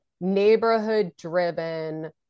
neighborhood-driven